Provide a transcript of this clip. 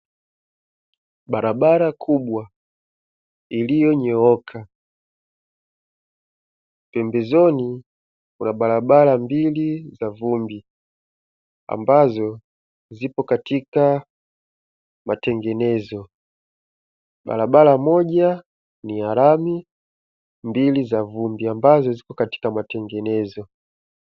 Barabara kubwa Iliyonyooka, pembezoni. kuna barabara mbili za vumbi; ambazo zipo katika matengenezo barabara moja ni ya rami, mbili za vumbi ambazo ziko katika matengenezo.